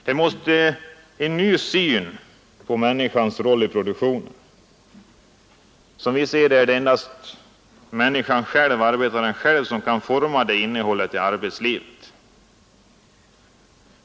Det måste bli en ny syn på människans roll i produktionen. Som vi ser det är det endast människan själv, arbetaren själv, som kan forma innehållet i arbetslivet.